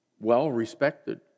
well-respected